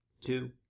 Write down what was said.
two